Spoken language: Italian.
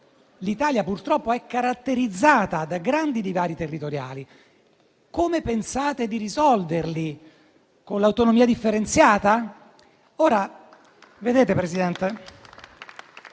L'Italia, purtroppo, è caratterizzata da grandi divari territoriali: come pensate di risolverli, con l'autonomia differenziata?